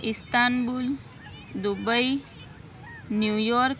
Istanbul Dubai New York